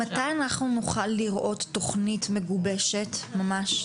מתי אנחנו נוכל לראות תוכנית מגובשת ממש?